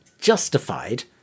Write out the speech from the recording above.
justified